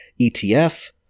ETF